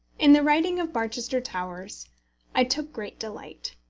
in the writing of barchester towers i took great delight.